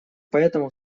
поэтому